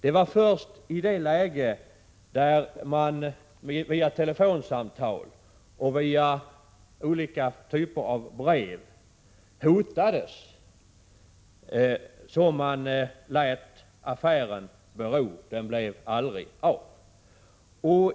Det var först i det läge då man via telefonsamtal och via olika slags brev hotades som man lät affären bero; den blev aldrig av.